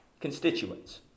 constituents